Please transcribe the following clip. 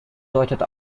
deutet